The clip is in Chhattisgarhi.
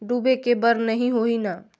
डूबे के बर नहीं होही न?